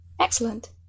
Excellent